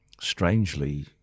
strangely